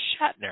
Shatner